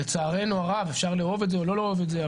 לצערנו הרב אפשר לאהוב א תה או לא לאהוב את זה,